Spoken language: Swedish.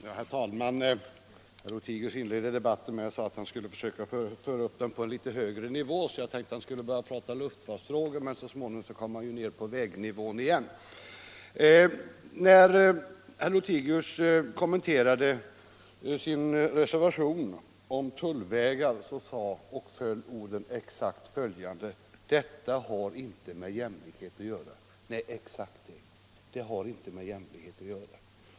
Herr talman! Herr Lothigius inledde sitt anförande med att säga att han skulle föra upp debatten på en litet högre nivå. Jag tänkte då att han skulle börja tala om luftfartsfrågor, men så småningom kom han ju ner till vägnivån igen. När herr Lothigius kommenterade sin reservation om tullvägar föll orden som följer: ”Detta har inte med jämlikhet att göra.” Nej, just det: det har inte med jämlikhet att göra!